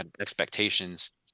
expectations